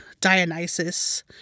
Dionysus